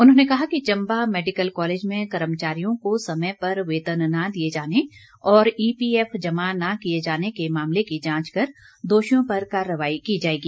उन्होंने कहा कि चंबा मेडिकल कालेज में कर्मचारियों को समय पर वेतन न दिए जाने और ईपीएफ जमा न किए जाने के मामले की जांच कर दोषियों पर कार्रवाई की जाएगी